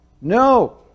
No